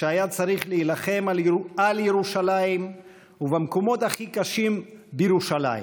כשהיה צריך להילחם על ירושלים ובמקומות הכי קשים בירושלים,